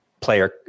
player